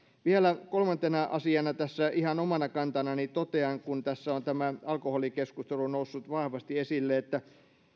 vielä kolmantena asiana ihan omana kantanani totean kun tässä on tämä alkoholikeskustelu noussut vahvasti esille että